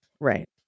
Right